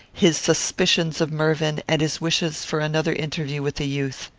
his suspicions of mervyn, and his wishes for another interview with the youth.